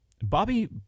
Bobby